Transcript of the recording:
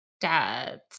dads